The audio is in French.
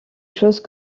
chose